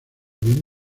bien